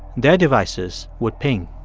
their devices would ping